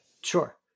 Sure